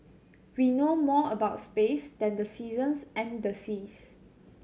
we know more about space than the seasons and the seas